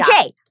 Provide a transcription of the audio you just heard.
Okay